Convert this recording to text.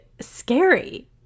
scary